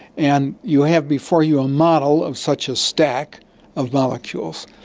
and you have before you a model of such a stack of molecules.